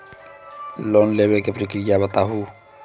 Loan लेवे के प्रक्रिया बताहू?